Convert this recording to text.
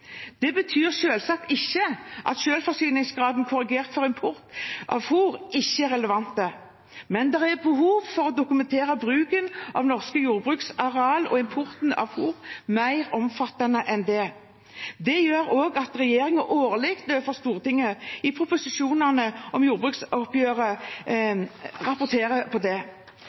Det betyr selvsagt ikke at selvforsyningsgraden korrigert for import av fôr ikke er relevant, men det er behov for å dokumentere bruken av norske jordbruksareal og importen av fôr mer omfattende enn det. Det gjør også at regjeringen årlig overfor Stortinget i proposisjonene om jordbruksoppgjøret rapporterer på det.